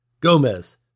Gomez